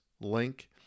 link